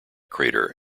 crater